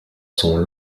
son